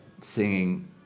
singing